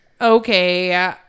Okay